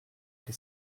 che